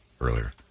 earlier